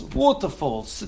waterfalls